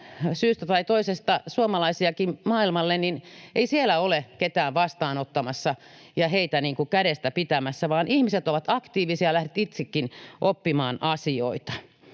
syystä tai toisesta — suomalaisiakin maailmalle — niin ei siellä ole ketään vastaanottamassa ja heitä kädestä pitämässä, vaan ihmiset ovat aktiivisia, lähtevät itsekin oppimaan asioita.